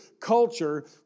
culture